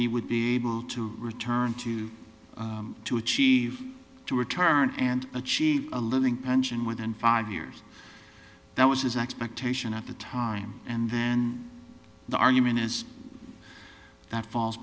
he would be able to return to to achieve to return and achieve a living pension within five years that was his expectation at the time and then the argument is ha